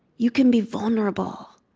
you can be vulnerable.